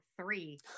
three